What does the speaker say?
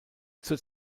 zur